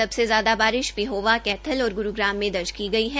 सबसे ज्यादा बारिश पेहोवा कैथल और गुरूग्राम में दर्ज की गई है